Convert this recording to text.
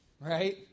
right